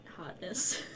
hotness